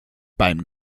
beim